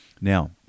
Now